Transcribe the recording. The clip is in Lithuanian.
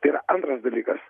ir antras dalykas